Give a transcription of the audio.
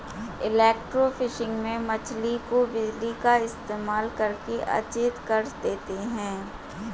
electrofishing में मछली को बिजली का इस्तेमाल करके अचेत कर देते हैं